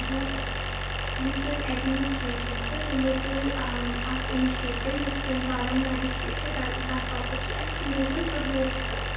یہِ یُس سٲنۍ ایڈمِنِسٹریشن چھِ تمو تُل اکھ اِنِشیٹِو یُس سٲنۍ بارہمولا ڈِسٹرک چھُ تَتھ باپتھ چھُ اَسہِ ٹوٗرِزٕم پرموٹ کَرُن